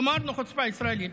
אמרנו חוצפה ישראלית.